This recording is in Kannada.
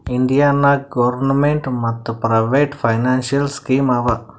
ಇಂಡಿಯಾ ನಾಗ್ ಗೌರ್ಮೇಂಟ್ ಮತ್ ಪ್ರೈವೇಟ್ ಫೈನಾನ್ಸಿಯಲ್ ಸ್ಕೀಮ್ ಆವಾ